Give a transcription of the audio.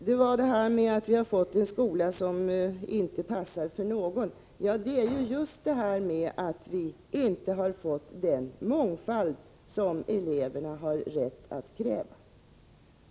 Så till detta att vi har fått en skola som inte passar för någon. Det beror just på att vi inte har fått den mångfald som eleverna har rätt att kräva.